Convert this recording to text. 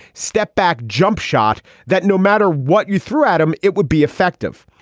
step back. jump shot that no matter what you threw at him. it would be effective.